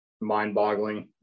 mind-boggling